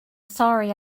sorry